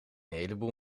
heleboel